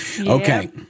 Okay